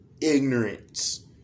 ignorance